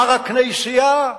"הר הכנסייה".